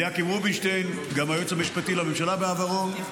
אליקים רובינשטיין, גם היועץ המשפטי לממשלה בעברו.